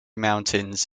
mountains